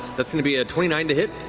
that's going to be a twenty nine to hit.